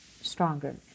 stronger